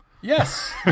Yes